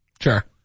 Sure